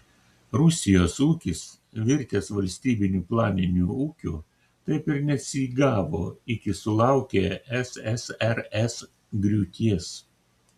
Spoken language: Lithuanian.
rusijos ūkis virtęs valstybiniu planiniu ūkiu taip ir neatsigavo iki sulaukė ssrs griūties